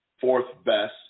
fourth-best